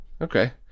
Okay